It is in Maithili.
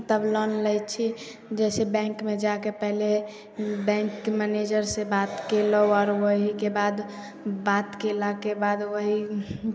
तब लोन लै छी जैसे बैंकमे जाके पहले बैंक मैनेजर से बात केलहुॅं आओर ओहिके बाद बात केलाके बाद ओहि